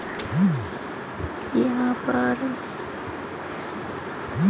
యాపారం చేయదగిన ఆర్థిక ఆస్తిని సెక్యూరిటీలని పిలిస్తారు